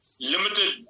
limited